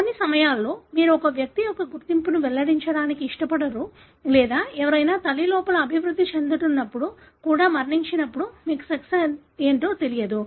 కొన్ని సమయాల్లో మీరు ఒక వ్యక్తి యొక్క గుర్తింపును వెల్లడించడానికి ఇష్టపడరు లేదా ఎవరైనా తల్లి లోపల అభివృద్ధి చెందుతున్నప్పుడు కూడా మరణించినప్పుడు మీకు సెక్స్ ఏంటో తెలియదు